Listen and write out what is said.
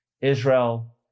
Israel